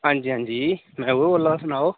आंं जी आं जी में उ'ऐ बोल्ला दा सनाओ